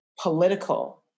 political